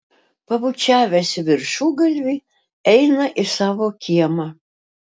pabučiavęs į viršugalvį eina į savo kiemą